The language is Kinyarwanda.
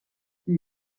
iyi